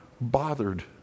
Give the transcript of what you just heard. bothered